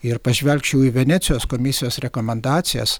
ir pažvelgčiau į venecijos komisijos rekomendacijas